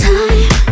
Time